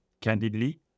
candidly